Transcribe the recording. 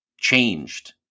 changed